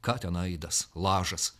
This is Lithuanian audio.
ką ten aidas lažas